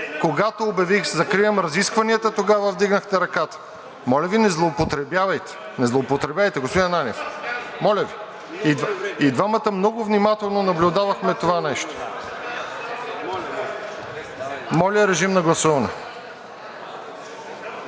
когато обявих „Закривам разискванията“, тогава вдигнахте ръката. Моля Ви, не злоупотребявайте! Не злоупотребявайте, господин Ананиев! Моля Ви! И двамата много внимателно наблюдавахме това нещо. Подлагам на първо гласуване